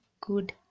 good